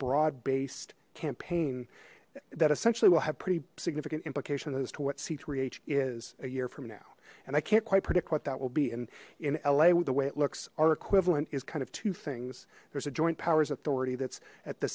broad based campaign that essentially will have pretty significant implications as to what ch is a year from now and i can't quite predict what that will be and in la with the way it looks our equivalent is kind of two things there's a joint powers authority that's at the